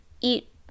eat